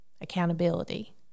accountability